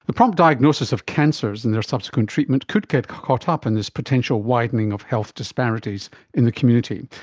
the prompt diagnosis of cancers and their subsequent treatment could get caught up in this potential widening of health disparities in the community.